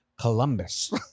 Columbus